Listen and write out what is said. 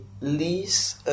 lease